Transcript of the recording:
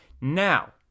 Now